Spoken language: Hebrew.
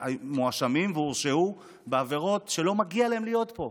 שמואשמים והורשעו בעבירות, ולא מגיע להם להיות פה.